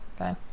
Okay